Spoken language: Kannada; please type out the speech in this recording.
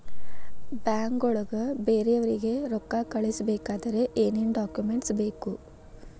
ಬ್ಯಾಂಕ್ನೊಳಗ ಬೇರೆಯವರಿಗೆ ರೊಕ್ಕ ಕಳಿಸಬೇಕಾದರೆ ಏನೇನ್ ಡಾಕುಮೆಂಟ್ಸ್ ಬೇಕು?